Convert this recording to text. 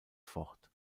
fort